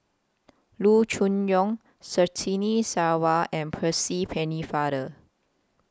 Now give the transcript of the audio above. Loo Choon Yong Surtini Sarwan and Percy Pennefather